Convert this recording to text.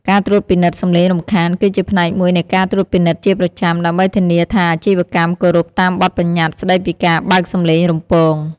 ការត្រួតពិនិត្យសំឡេងរំខាន គឺជាផ្នែកមួយនៃការត្រួតពិនិត្យជាប្រចាំ ដើម្បីធានាថាអាជីវកម្មគោរពតាមបទប្បញ្ញត្តិស្ដីពីការបើកសំឡេងរំពង។